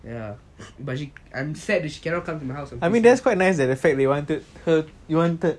ya but she I'm sad that she cannot come to my house I mean that's quite nice that affect me wanted hurt you wanted